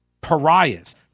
pariahs